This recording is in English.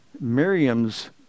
Miriam's